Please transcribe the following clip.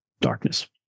darkness